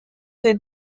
des